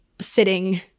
sitting